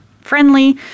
friendly